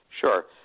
Sure